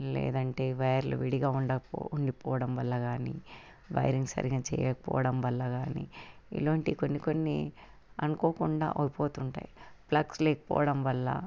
లేదంటే వైర్లు విడిగా ఉండకు ఉండిపోవడం వల్ల కానీ వైరింగ్ సరిగా చేయకపోవడం వల్ల కానీ ఇలాంటి కొన్ని కొన్ని అనుకోకుండా అయిపోతుంటాయి ప్లగ్స్ లేకపోవడం వల్ల